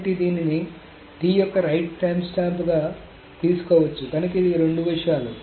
కాబట్టి దీనిని T యొక్క రైట్ టైమ్స్టాంప్గా తీసుకోవచ్చు కనుక ఇది రెండు విషయాలు